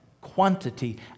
quantity